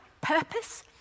purpose